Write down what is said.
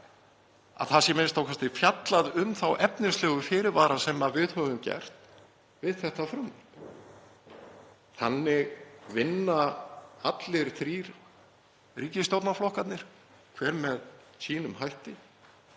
að það sé a.m.k. fjallað um þá efnislegu fyrirvara sem við höfum gert við þetta frumvarp. Þannig vinna allir þrír ríkisstjórnarflokkarnir, hver með sínum hætti